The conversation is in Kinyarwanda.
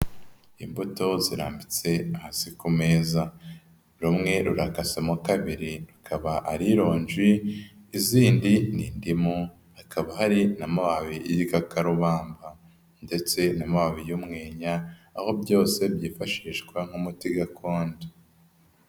Imbuto zirambitse hasi ku meza, rumwe rurakasemo kabiri rukaba ari ironji, izindi ni indimu hakaba hari n'amababi y'igikakarubamba ndetse n'amababi y'umwenya, aho byose byifashishwa nk'umuti gakondo.